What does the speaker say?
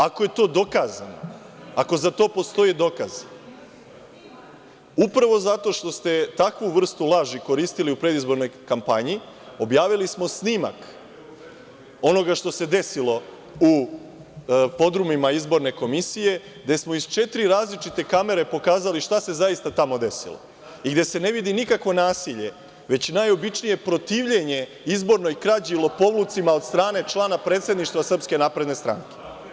Ako je to dokazano, ako za to postoji dokaz, upravo zato što ste takvu vrstu laži koristili u predizbornoj kampanji objavili smo snimak onoga što se desilo u podrumima izborne komisije gde smo iz četiri različite kamere pokazali šta se zaista tamo desilo i gde se ne vidi nikakvo nasilje, već najobičnije protivljenje izbornoj krađi i lopovlucima od strane člana predsedništva SNS.